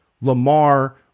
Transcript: Lamar